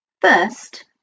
First